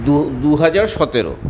দু দুহাজার সতেরো